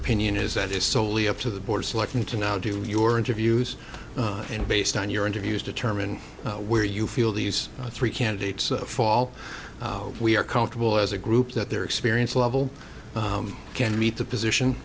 opinion is that it's solely up to the board selecting to now do your interviews and based on your interviews determine where you feel these three candidates fall we are comfortable as a group that their experience level can meet the position